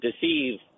deceive